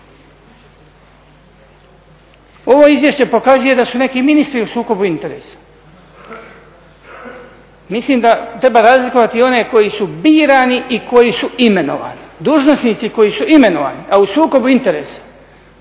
Ovo izvješće pokazuje da su neki ministri u sukobu interesa. Mislim da treba razlikovati i one koji su birani i oni koji su imenovani. Dužnosnici koji su imenovani, a u sukobu interesa